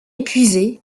épuisé